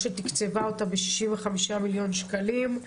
ותקצבה אותה ב-65 מיליון שקלים,